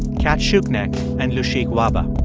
cat schuknecht and lushik wahba.